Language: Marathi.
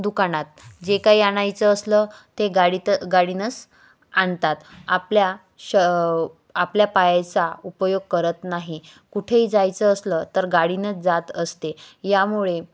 दुकानात जे काही आणायचं असलं ते गाडीतन गाडीनस आणतात आपल्या श आपल्या पायाचा उपयोग करत नाही कुठेही जायचं असलं तर गाडीनच जात असते यामुळे